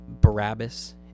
Barabbas